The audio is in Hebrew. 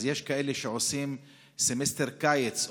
יש כאלה שעושים סמסטר קיץ,